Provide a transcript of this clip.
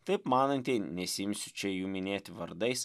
taip manantieji nesiimsiu čia jų minėti vardais